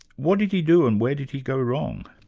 what did he do and where did he go wrong?